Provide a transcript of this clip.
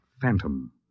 phantom